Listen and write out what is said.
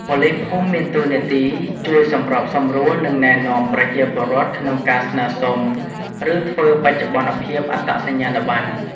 ប៉ូលីសភូមិមានតួនាទី ជួយសម្របសម្រួល និងណែនាំប្រជាពលរដ្ឋក្នុងការស្នើសុំ ឬធ្វើបច្ចុប្បន្នភាពអត្តសញ្ញាណប័ណ្ណ។